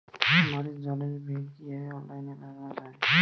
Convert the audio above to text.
বাড়ির জলের বিল কিভাবে অনলাইনে মেটানো যায়?